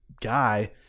guy